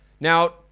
Now